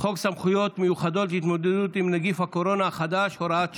חוק סמכויות מיוחדות להתמודדות עם נגיף הקורונה החדש (הוראת שעה)